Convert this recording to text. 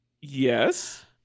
Yes